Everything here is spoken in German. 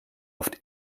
oft